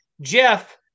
Jeff